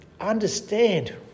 understand